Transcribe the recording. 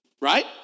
right